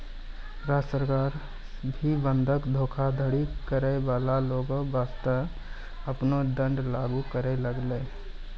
राज्य सरकार भी बंधक धोखाधड़ी करै बाला लोगो बासतें आपनो दंड लागू करै लागलै